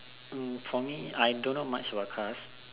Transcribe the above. um for me I don't know much about cars